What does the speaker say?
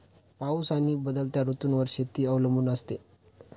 पाऊस आणि बदलत्या ऋतूंवर शेती अवलंबून असते